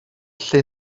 lle